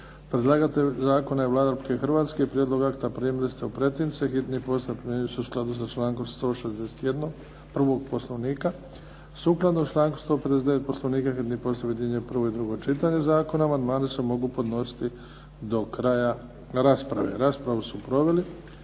Predlagatelj zakona je Vlada Republike Hrvatske. Prijedlog akta primili ste u pretince. Hitni postupak primjenjuje se u skladu sa člankom 161., 1. Poslovnika. Sukladno članku 159. Poslovnika, hitni postupak objedinjuje prvo i drugo čitanje zakona. Amandmani se mogu podnositi do kraja rasprave. Raspravu su proveli